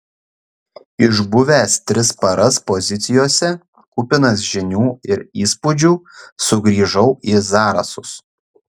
išbuvęs tris paras pozicijose kupinas žinių ir įspūdžių sugrįžau į zarasus